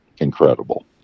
incredible